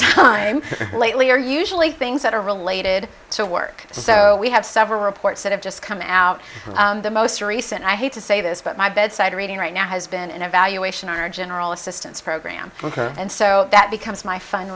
time lately are usually things that are related to work so we have several reports that have just come out the most recent i hate to say this but my bedside reading right now has been an evaluation or general assistance program and so that becomes my f